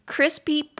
Crispy